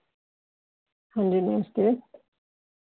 हां जी नमस्ते